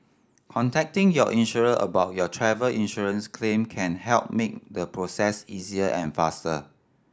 contacting your insurer about your travel insurance claim can help make the process easier and faster